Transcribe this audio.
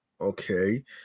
Okay